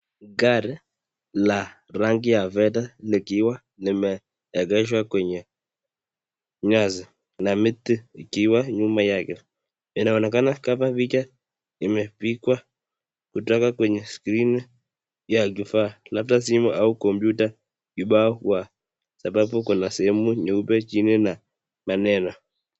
Gari la rangi ya fedha likiwa limeegeshwa kwenye nyasi na miti ikiwa nyuma yake. Inaonekana kama picha imepikwa kutoka kwenye skrini ya kifaa labda labda simu au kompyuta kibao wa sababu kuna sehumu nyeupe jini na maneno.